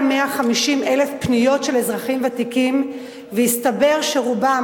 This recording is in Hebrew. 150,000 פניות של אזרחים ותיקים והסתבר שרובן,